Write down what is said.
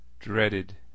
Dreaded